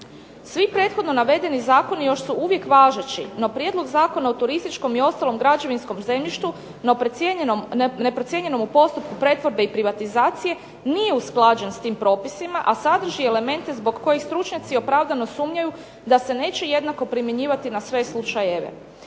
Svi prethodno navedeni zakoni još su uvijek važeći, no prijedlog Zakona o turističkom i ostalom građevinskom zemljištu neprocijenjenom u postupku pretvorbe i privatizacije nije usklađen s tim propisima, a sadrži elemente zbog kojih stručnjaci opravdano sumnjaju da se neće jednako primjenjivati na sve slučajeve.